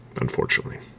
unfortunately